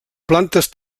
plantes